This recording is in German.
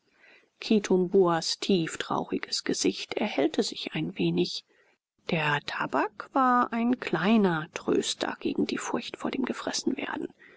kitumbuas tieftrauriges gesicht erhellte sich ein wenig der tabak war ein kleiner tröster gegen die furcht vor dem gefressenwerden